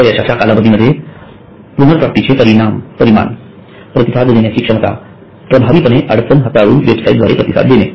अपयशाच्या कालावधीमधील पुनर्प्राप्तीचे परिमाण प्रतिसाद देण्याची क्षमता प्रभावीपणे अडचण हाताळून वेबसाईटद्वारे प्रतिसाद देणे